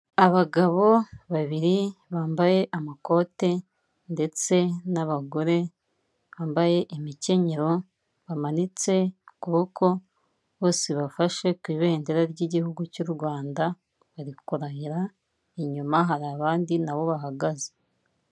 Abagabo babiri bambaye amakote ndetse n'abagore bambaye imikenyero, bamanitse ukuboko bose bafashe ku ibendera ry'igihugu cy'u Rwanda bari kurahira inyuma hari abandi nabo bahagaze.